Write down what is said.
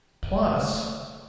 Plus